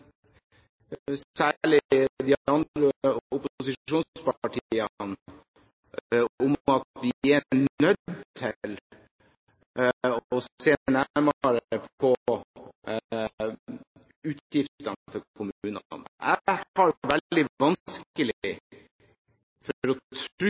særlig de andre opposisjonspartiene i at vi er nødt til å se nærmere på utgiftene for kommunene. Jeg har veldig vanskelig